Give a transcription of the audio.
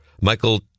Michael